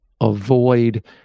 avoid